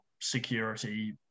security